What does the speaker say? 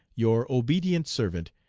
your obedient servant,